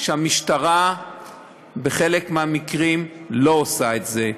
שהמשטרה בחלק מהמקרים לא עושה את זה.